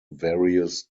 various